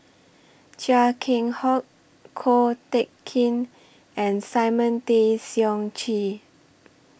Chia Keng Hock Ko Teck Kin and Simon Tay Seong Chee